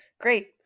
great